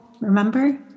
remember